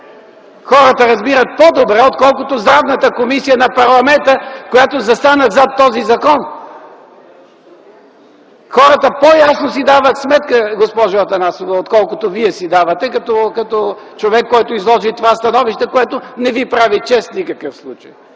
Хората разбират по-добре, отколкото Здравната комисия на парламента, която застана зад този закон. Хората си дават по-ясно сметка, госпожо Атанасова, отколкото Вие си давате сметка като човек, който изложи това становище, което не Ви прави чест в никакъв случай,